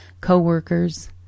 co-workers